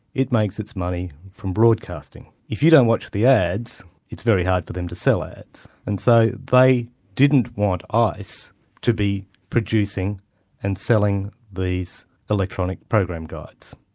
it makes its money from broadcasting. if you don't watch the ads, it's very hard for them to sell ads, and so they didn't want ice to be producing and selling these electronic program guides.